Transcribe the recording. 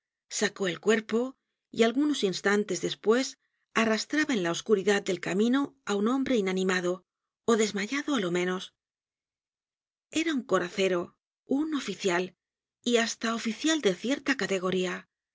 sacó el cuerpo y algunos instantes despues arrastraba en la oscuridad del camino á un hombre inanimado ó desmayado á lo menos era un coracero un oficial y hasta oficial de cierta categoría